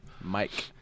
Mike